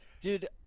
Dude